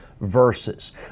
verses